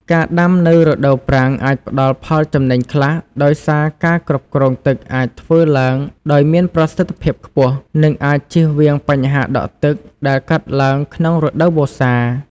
ការដាំនៅរដូវប្រាំងអាចផ្តល់ផលចំណេញខ្លះ ដោយសារការគ្រប់គ្រងទឹកអាចធ្វើឡើងដោយមានប្រសិទ្ធភាពខ្ពស់ និងអាចជៀសវាងបញ្ហាដក់ទឹកដែលកើតឡើងក្នុងរដូវវស្សា។